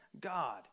God